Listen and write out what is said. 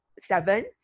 seven